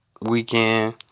weekend